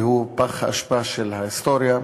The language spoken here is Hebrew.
והוא פח האשפה של ההיסטוריה,